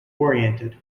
oriented